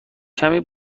کمی